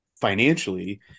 financially